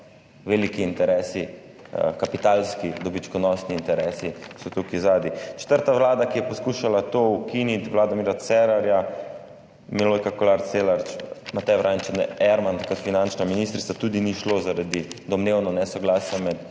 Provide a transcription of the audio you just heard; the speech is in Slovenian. veliki interesi, kapitalski, dobičkonosni interesi so tukaj zadaj. Četrta vlada, ki je poskušala to ukiniti, vlada Mira Cerarja, Milojka Kolar Celarc, Mateja Vraničar Erman kot finančna ministrica, tudi ni šlo, domnevno zaradi nesoglasja med